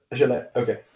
Okay